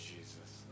Jesus